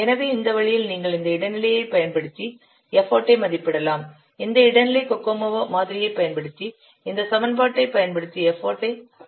எனவே இந்த வழியில் நீங்கள் இந்த இடைநிலையைப் பயன்படுத்தி எஃபர்ட் ஐ மதிப்பிடலாம் இந்த இடைநிலை கோகோமோ மாதிரியைப் பயன்படுத்தி இந்த சமன்பாட்டைப் பயன்படுத்தி எஃபர்ட் ஐ மதிப்பிடலாம்